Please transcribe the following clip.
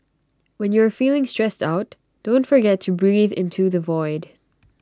when you are feeling stressed out don't forget to breathe into the void